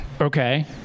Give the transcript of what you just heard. Okay